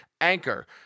Anchor